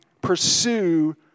pursue